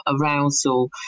arousal